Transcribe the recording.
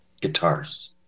guitars